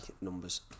numbers